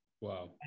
Wow